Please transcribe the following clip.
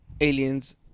aliens